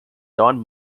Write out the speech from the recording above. don